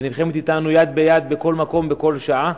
שנלחמת אתנו יד ביד בכל מקום, בכל שעה: